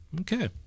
Okay